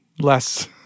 less